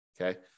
Okay